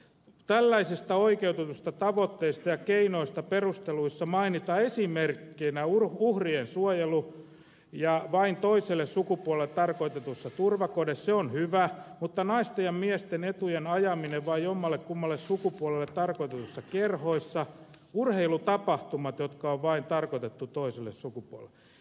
tällaisista oikeutetuista tavoitteista ja keinoista perusteluissa mainitaan esimerkkeinä uhrien suojelu vain toiselle sukupuolelle tarkoitetuissa turvakodeissa se on hyvä mutta naisten ja miesten etujen ajaminen vain jommalle kummalle sukupuolelle tarkoitetuissa kerhoissa sekä urheilutapahtumat jotka on tarkoitettu vain toiselle sukupuolelle